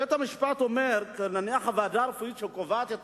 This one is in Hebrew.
בית-המשפט אומר, נניח, הוועדה הרפואית שקובעת את